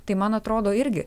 tai man atrodo irgi